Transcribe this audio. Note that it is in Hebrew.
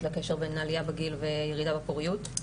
לקשר בין העלייה בגיל וירידה בפוריות,